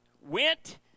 went